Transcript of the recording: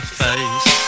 face